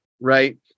Right